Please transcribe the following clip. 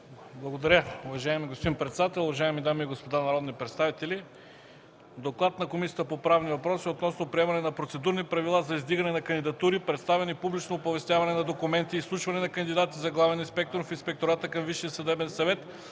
Благодаря, уважаеми господин председател. Уважаеми дами и господа народни представители, „ДОКЛАД на Комисията по правни въпроси относно приемане на Процедурни правила за издигане на кандидатури, представяне и публично оповестяване на на документи, изслушване на кандидати за главен инспектор в Инспектората към